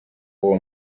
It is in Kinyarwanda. uwo